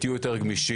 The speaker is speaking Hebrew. תהיו יותר גמישים